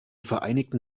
vereinigten